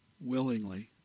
willingly